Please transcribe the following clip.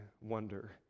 wonder